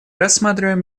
рассматриваем